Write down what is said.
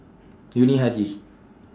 Yuni Hadi